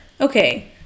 Okay